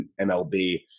MLB